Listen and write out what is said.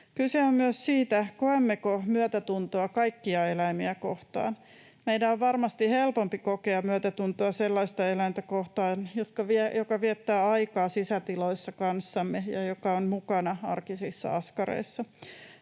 Kyse on myös siitä, koemmeko myötätuntoa kaikkia eläimiä kohtaan. Meidän on varmasti helpompi kokea myötätuntoa sellaista eläintä kohtaan, joka viettää aikaa sisätiloissa kanssamme ja joka on mukana arkisissa askareissa.